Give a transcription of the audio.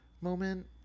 moment